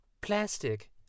plastic